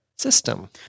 system